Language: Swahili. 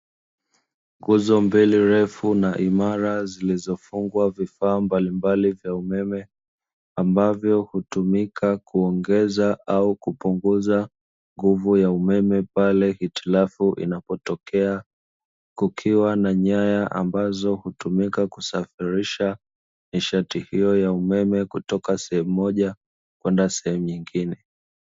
Nguzo mbili refu na imara zilizofungwa vifaa mbalimbali vya umeme ,ambavyo hutumika kuongeza au kupunguza nguvu ya umeme pale hitilafu inapotokea kukiwa na nyaya ambazo hutumika kusafirisha nishati hiyo ya umeme kutoka sehemu moja kwenda sehemu nyingine.